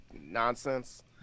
nonsense